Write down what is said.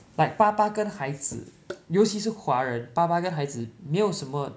like 爸爸跟孩子尤其是华人爸爸跟孩子没有什么